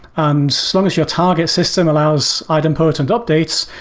um so long as your target system allows item potent updates,